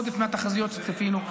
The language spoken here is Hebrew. עודף מהתחזיות שצפינו.